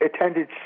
attended